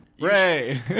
ray